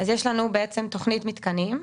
יש לנו בעצם תוכנית מתקנים,